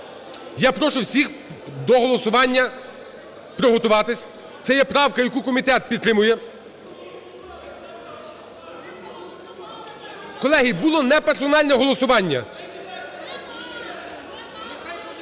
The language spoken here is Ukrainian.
Я прошу всіх до голосування приготуватись, це є правка, яку комітет підтримує. Колеги, було неперсональне голосування.